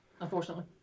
unfortunately